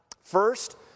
First